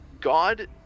God